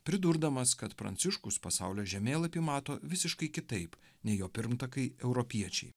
pridurdamas kad pranciškus pasaulio žemėlapį mato visiškai kitaip nei jo pirmtakai europiečiai